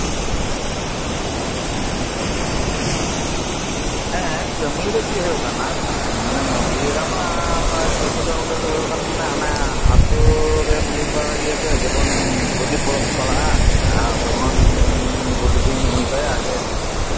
ᱦᱮᱸ ᱠᱟᱹᱢᱤ ᱫᱚ ᱪᱮᱫ ᱦᱩᱭᱩᱜ ᱠᱟᱱᱟ ᱢᱟᱱᱮ ᱢᱟᱺᱡᱷᱤ ᱦᱟᱲᱟᱢᱟᱜ ᱠᱟᱹᱢᱤ ᱫᱚ ᱱᱚᱸᱰᱮ ᱫᱚ ᱦᱩᱭᱩᱜ ᱠᱟᱱᱟ ᱚᱱᱮ ᱟᱹᱛᱩ ᱨᱮ ᱢᱟᱺᱡᱷᱤ ᱯᱟᱨᱟᱱᱤᱠ ᱤᱭᱟᱹ ᱡᱚᱠᱷᱚᱱ ᱯᱟᱞᱤ ᱯᱚᱨᱚᱵ ᱯᱟᱲᱟᱜᱼᱟ ᱟᱨ ᱛᱚᱠᱷᱚᱱ ᱜᱚᱰᱮᱛᱤᱧ ᱢᱮᱛᱟᱭᱟ ᱡᱮ